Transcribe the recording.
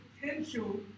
potential